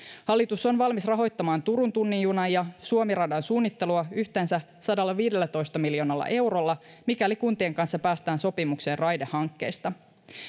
hallitus on valmis rahoittamaan turun tunnin junan ja suomi radan suunnittelua yhteensä sadallaviidellätoista miljoonalla eurolla mikäli kuntien kanssa päästään sopimukseen raidehankkeista